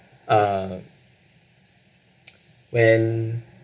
uh when